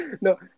no